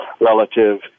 relative